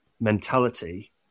mentality